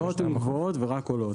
22%. ההלוואות הן גבוהות ורק עולות.